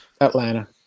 Atlanta